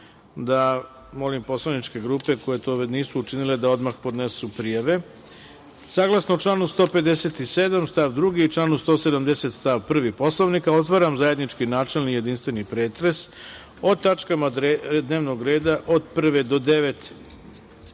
časova. Molim poslaničke grupe koje to već nisu učinile, da odmah podnesu prijave. Saglasno članu 157. stav 2. i članu 170. stav 1. Poslovnika, otvaram zajednički načelni i jedinstveni pretres o tačkama dnevnog reda od 1. do